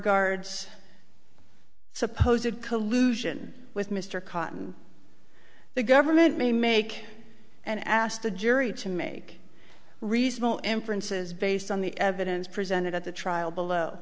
guards suppose it collusion with mr cotton the government may make and asked the jury to make reasonable inferences based on the evidence presented at the trial below